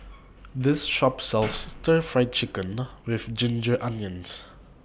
This Shop sells Stir Fried Chicken with Ginger Onions